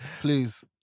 please